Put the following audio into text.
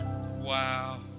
Wow